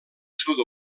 sud